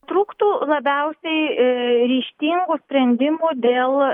trūktų labiausiai ryžtingų sprendimų dėl